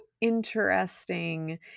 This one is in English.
interesting